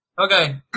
Okay